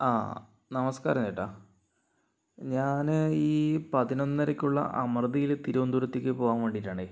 ആ നമസ്കാരം ചേട്ടാ ഞാന് ഈ പതിനൊന്നരക്കുള്ള അമൃതയില് തിരുവനന്തപുരത്തേക്ക് പോവാൻ വേണ്ടീട്ടാണേ